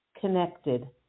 connected